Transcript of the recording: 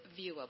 viewable